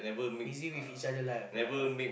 busy with each other life ah